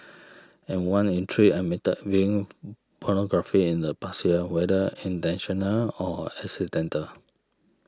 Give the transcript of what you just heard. and one in three admitted viewing pornography in the past year whether intentional or accidental